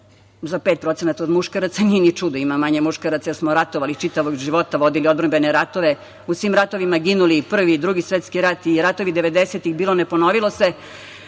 za 5% od muškaraca. Nije ni čudno, ima manje muškaraca, jer smo ratovali čitavog života, vodili odrambene ratove, u svim ratovima ginuli, i Prvi i Drugi svetski rat, ratovi devedesetih, bilo ne ponovilo se,